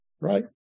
right